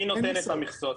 מי נותן את המכסות?